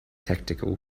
tactical